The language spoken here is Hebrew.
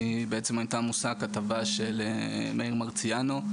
היא בעצם הייתה מושא הכתבה של מאיר מרציאנו.